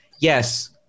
yes